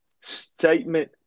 statement